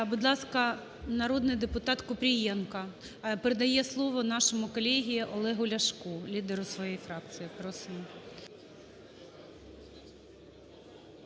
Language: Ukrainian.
Будь ласка, народний депутат Купрієнко. Передає нашому колезі Олегу Ляшку, лідеру своєї фракції. Просимо.